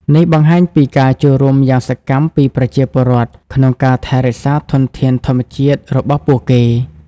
នេះបង្ហាញពីការចូលរួមយ៉ាងសកម្មពីប្រជាពលរដ្ឋក្នុងការថែរក្សាធនធានធម្មជាតិរបស់ពួកគេ។